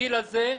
בגיל הזה,